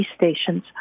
stations